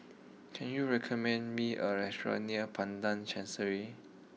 can you recommend me a restaurant near Padang Chancery